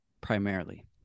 primarily